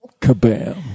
Kabam